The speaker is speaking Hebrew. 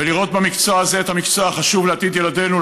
ולראות במקצוע הזה את המקצוע החשוב לעתיד ילדינו,